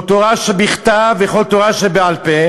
כל התורה שבכתב וכל התורה שבעל-פה,